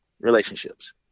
Relationships